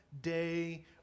day